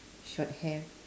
shorthair